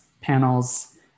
panels